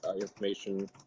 information